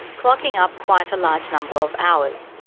clocking up quite a large number of hours,